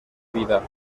vida